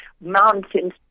mountains